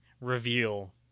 reveal